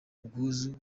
ubwuzu